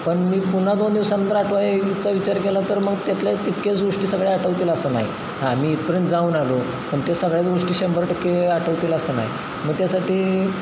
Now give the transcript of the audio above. पण मी पुन्हा दोन दिवसानंतर आठवायचा विचार केला तर मग त्यातल्या तितक्याच गोष्टी सगळ्या आठवतील असं नाही हां मी इतपर्यंत जाऊन आलो पण त्या सगळ्याच गोष्टी शंभर टक्के आठवतील असं नाही मग त्यासाठी